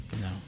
No